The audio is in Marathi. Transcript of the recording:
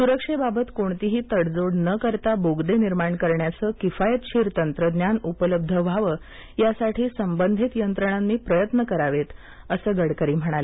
सुरक्षेबाबत कोणतीही तडजोड नकरता बोगदे निर्माण करण्याचं किफायतशीर तंत्रज्ञान उपलब्ध व्हावं यासाठी संबंधितयंत्रणांनी प्रयत्न करावेत असे गडकरी म्हणाले